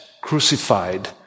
crucified